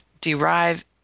derive